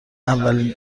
اولین